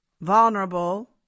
vulnerable